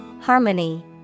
Harmony